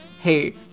hey